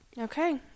Okay